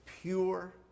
pure